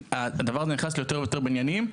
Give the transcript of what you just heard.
הדבר הזה נכנס ליותר ויותר בניינים,